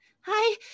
Hi